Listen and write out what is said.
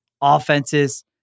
offenses